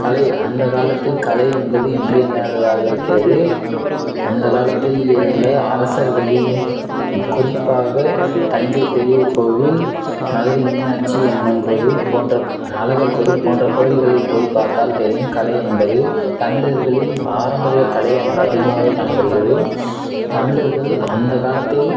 கலை அந்த காலத்தில் கலை என்பது இன்றியமையாததாக இருக்கிறது அந்தக் காலத்தில் இருந்த அரசர்களில் குறிப்பாக தஞ்சை பெரிய கோவில் மதுரை மீனாட்சி அம்மன் கோவில் போன்ற கோ அழகர் கோவில் போன்ற கோவில்களில் போய் பார்த்தால் தெரியும் கலை என்பது தமிழர்களின் பாரம்பரிய கலை அங்கே அதிகமாகவே காணப்படுகிறது தமிழர்கள் அந்தக் காலத்தில்